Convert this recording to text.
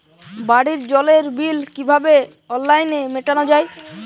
বাড়ির জলের বিল কিভাবে অনলাইনে মেটানো যায়?